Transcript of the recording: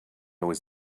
was